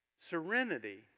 Serenity